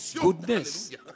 goodness